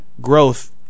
growth